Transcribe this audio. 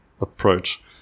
approach